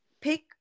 pick